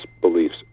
beliefs